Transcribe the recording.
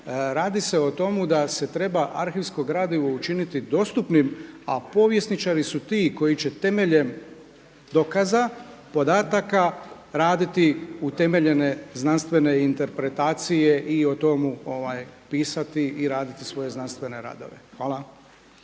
Radi se o tomu da se treba arhivsko gradivo učiniti dostupnim, a povjesničari su ti koji će temeljem dokaza podataka raditi utemeljene znanstvene interpretacije i o tomu pisati i raditi svoje znanstvene radove. Hvala.